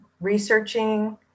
researching